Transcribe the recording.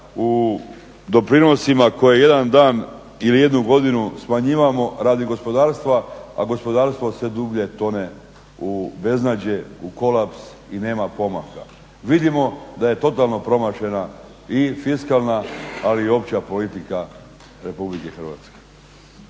u doprinosima koji jedan dan ili jednu godinu smanjujemo radi gospodarstva, a gospodarstvo sve dublje tone u beznađe, u kolaps i nema pomaka. Vidimo da je totalno promašena i fiskalna, ali i opća politika RH.